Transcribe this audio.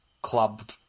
club